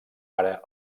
ara